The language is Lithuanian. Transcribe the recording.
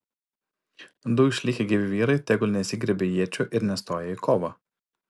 du išlikę gyvi vyrai tegu nesigriebia iečių ir nestoja į kovą